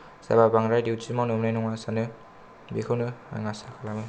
जाबा बांद्राय दिउति मावनो मोन्नाय नङा सानो बेखौनो आं आसा खालामो